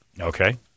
Okay